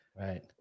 Right